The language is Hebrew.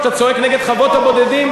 כשאתה צועק נגד חוות הבודדים,